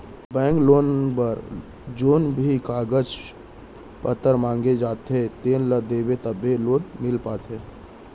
bank loan बर जेन भी कागज पातर मांगे जाथे तेन ल देबे तभे लोन मिल पाथे